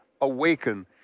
awaken